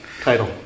title